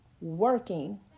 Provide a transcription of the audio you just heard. working